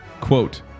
Quote